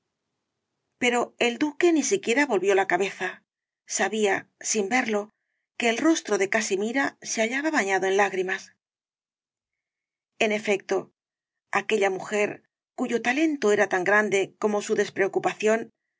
pero el duque ni siquiera volvió la cabeza sabía sin verlo que el rostro de casimira se hallaba bañado en lágrimas en efecto aquella mujer cuyo talento era tan grande como su despreocupación